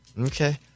Okay